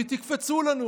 כי תקפצו לנו,